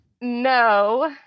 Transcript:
no